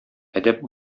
әдәп